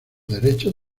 derechos